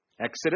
Exodus